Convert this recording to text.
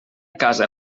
casa